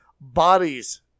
bodies